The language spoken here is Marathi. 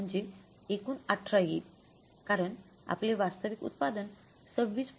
म्हणजे एकूण १८ येईल कारण आपले वास्तविक उत्पादन २६